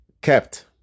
kept